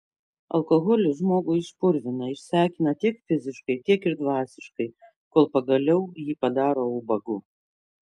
alkoholis žmogų išpurvina išsekina tiek fiziškai tiek ir dvasiškai kol pagaliau jį padaro ubagu